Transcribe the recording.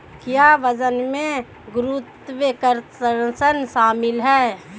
क्या वजन में गुरुत्वाकर्षण शामिल है?